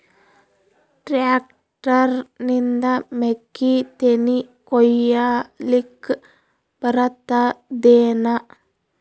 Tractor ನಿಂದ ಮೆಕ್ಕಿತೆನಿ ಕೊಯ್ಯಲಿಕ್ ಬರತದೆನ?